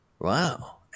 Wow